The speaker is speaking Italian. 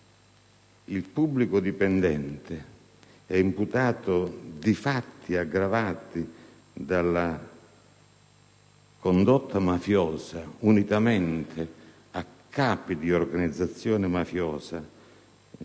il pubblico dipendente è imputato di fatti aggravati dalla condotta mafiosa unitamente a capi di organizzazione mafiosa,